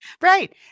Right